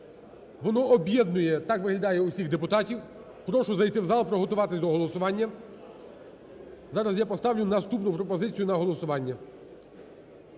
Воно об'єднує, так виглядає, усіх депутатів. Прошу зайти в зал і приготуватись до голосування. Зараз я поставлю наступну пропозицію на голосування.